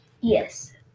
Yes